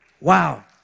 Wow